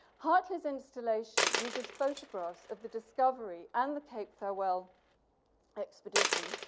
hartley's installation uses photographs of the discovery and the cape farewell expedition,